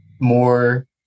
more